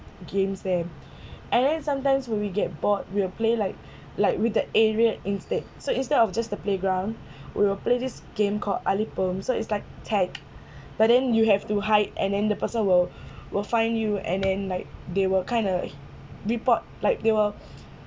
games there and then sometimes when we get bored we will play like like with the area instead so instead of just the playground we will play this game called ali bomb so it's like tag but then you have to hide and then the person will will find you and then like they will kind uh report like they will